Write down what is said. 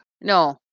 No